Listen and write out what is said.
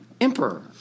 emperor